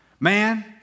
Man